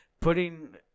putting